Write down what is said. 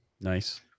Nice